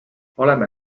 oleme